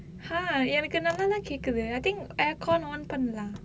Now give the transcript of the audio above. !huh! எனக்கு நல்லா தான் கேக்குது:enakku nallaa thaan kekkuthu I think aircon on பண்ணலா:pannala